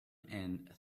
and